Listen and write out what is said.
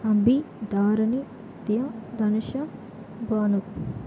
Abhi Dharani Vidya Dhanusha Banu